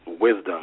wisdom